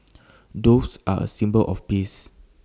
doves are A symbol of peace